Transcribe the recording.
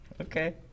Okay